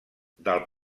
del